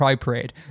parade